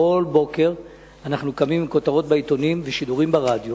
כל בוקר אנחנו קמים עם כותרות בעיתונים ושידורים ברדיו